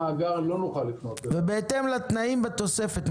ובהתאם לתנאים בתוספת,